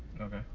Okay